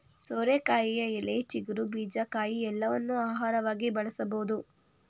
ಸೋರೆಕಾಯಿಯ ಎಲೆ, ಚಿಗುರು, ಬೀಜ, ಕಾಯಿ ಎಲ್ಲವನ್ನೂ ಆಹಾರವಾಗಿ ಬಳಸಬೋದು